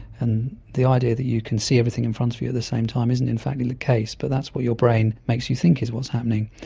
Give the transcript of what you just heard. and the idea that you can see everything in front of you at the same time isn't in fact the case but that's what your brain makes you think is what's happening.